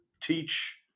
teach